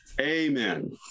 Amen